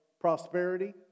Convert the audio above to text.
prosperity